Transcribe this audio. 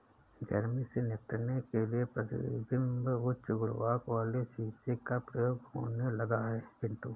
गर्मी से निपटने के लिए प्रतिबिंब उच्च गुणांक वाले शीशे का प्रयोग होने लगा है पिंटू